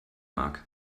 mag